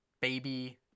baby